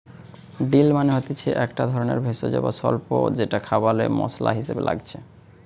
deal মানে হচ্ছে একটা ধরণের ভেষজ বা স্বল্প যেটা খাবারে মসলা হিসাবে লাগছে